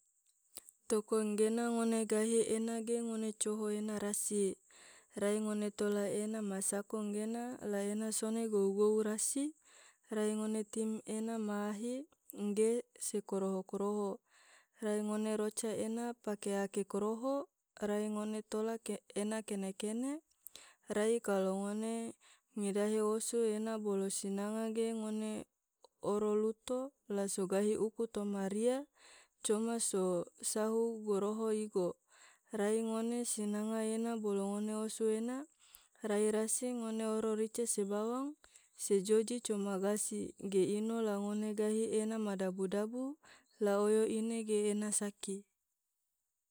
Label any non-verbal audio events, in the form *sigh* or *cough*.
*noise* toko enggena ngone gahi ena ge ngone coho ena rasi, rai ngone tola ena ma sako ngena la ena sone gou-gou rasi, rai ngone tim ena ma ahi ngge se koroho-koroho, rasi ngone roca ena pake ake koroho, rai ngone tola ke ena kene-kene, rai kalo ngone ngidahe osu ena bolo sinanga ge ngone oro luto la so gahi uku toma ria coma so sahu goroho igo, rai ngone sinanga ena bolo ngone osu ena, rai rasi ngone oro rica se bawang se joji coma gasi ge ino la ngone gahi ena ma dabu-dabu la oyo ine ge ena saki. *noise*